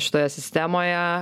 šitoje sistemoje